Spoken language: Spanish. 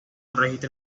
registra